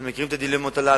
אנחנו מכירים את הדילמות האלה,